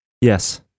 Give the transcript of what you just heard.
yes